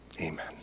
Amen